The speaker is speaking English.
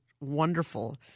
wonderful